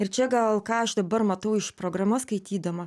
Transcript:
ir čia gal ką aš dabar matau iš programa skaitydama